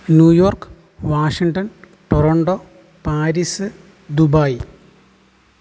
New York Washington tornado Paris Dubai